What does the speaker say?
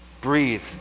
breathe